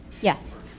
Yes